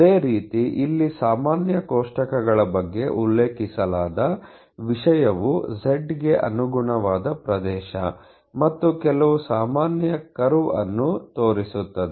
ಅದೇ ರೀತಿ ಇಲ್ಲಿ ಸಾಮಾನ್ಯ ಕೋಷ್ಟಕಗಳ ಬಗ್ಗೆ ಉಲ್ಲೇಖಿಸಲಾದ ವಿಷಯವು z ಗೆ ಅನುಗುಣವಾದ ಪ್ರದೇಶ ಮತ್ತು ಕೆಲವು ಸಾಮಾನ್ಯ ಕರ್ವ್ ಅನ್ನು ತೋರಿಸುತ್ತದೆ